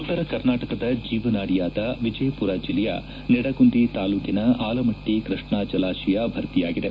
ಉತ್ತರ ಕರ್ನಾಟಕದ ಜೀವನಾಡಿಯಾದ ವಿಜಯಪುರ ಜಿಲ್ಲೆಯ ನಿಡಗುಂದಿ ತಾಲೂಕಿನ ಆಲಮಟ್ಟ ಕೃಷ್ಣಾ ಜಲಾಶಯ ಭರ್ತಿಯಾಗಿದೆ